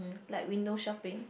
like window shopping